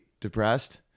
depressed